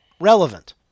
relevant